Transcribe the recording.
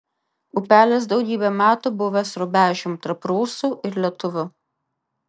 upelis daugybę metų buvęs rubežium tarp prūsų ir lietuvių